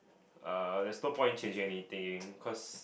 uh there's no point in changing anything cause